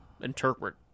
Interpret